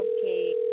Okay